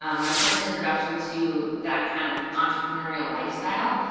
um my first introduction to that kind of entrepreneurial lifestyle.